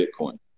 bitcoin